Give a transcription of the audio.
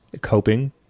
coping